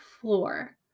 floor